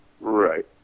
Right